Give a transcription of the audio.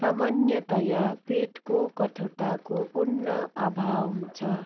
सामान्यतया पेटको कठोरताको पूर्ण अभाव हुन्छ